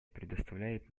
предоставляет